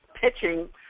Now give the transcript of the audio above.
pitching